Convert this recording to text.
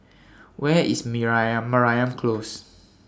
Where IS Mariam Close